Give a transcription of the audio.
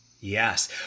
yes